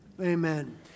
Amen